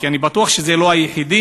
כי אני בטוח שהוא לא היחידי,